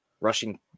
rushing